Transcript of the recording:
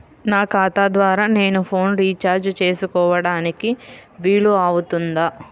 నా ఖాతా ద్వారా నేను ఫోన్ రీఛార్జ్ చేసుకోవడానికి వీలు అవుతుందా?